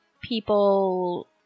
people